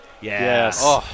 Yes